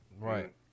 Right